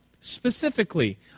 specifically